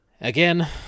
Again